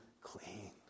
clean